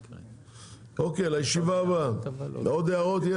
אוקיי לישיבה הבאה, יש עוד הערות?